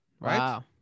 Wow